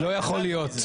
אל תיקחו ממנו את האחריות.